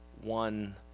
one